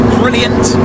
brilliant